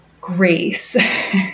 grace